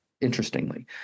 interestingly